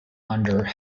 under